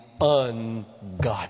ungodly